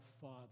Father